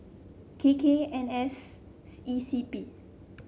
K K N A S E C P